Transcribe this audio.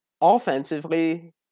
Offensively